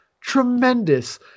tremendous